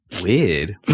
Weird